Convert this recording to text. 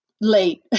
late